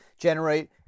generate